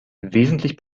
wesentlich